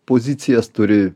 pozicijas turi